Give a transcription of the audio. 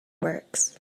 works